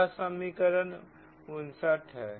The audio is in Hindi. यह समीकरण 69 है